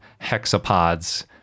hexapods